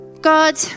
God